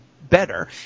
better